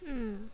mm